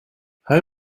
how